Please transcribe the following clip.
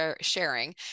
sharing